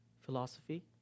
philosophy